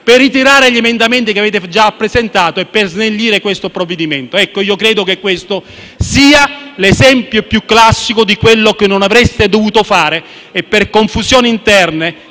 per ritirare gli emendamenti che avete già presentato e per snellire questo provvedimento. Credo che questo sia l'esempio più classico di quanto non avreste dovuto fare, mentre per confusioni interne